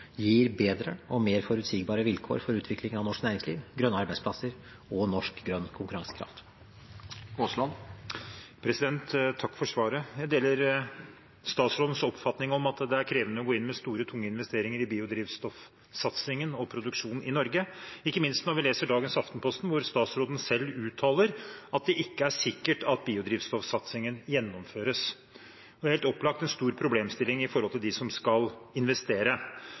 gir bedre og mer forutsigbare vilkår for utvikling av norsk næringsliv, grønne arbeidsplasser og norsk grønn konkurransekraft. Takk for svaret. Jeg deler statsrådens oppfatning om at det er krevende å gå inn med store, tunge investeringer i biodrivstoffsatsing og -produksjon i Norge, ikke minst når en leser dagens Aftenposten, hvor statsråden selv uttaler at det ikke er sikkert at biodrivstoffsatsingen gjennomføres. Det er helt opplagt en stor problemstilling for dem som skal investere.